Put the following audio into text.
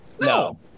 No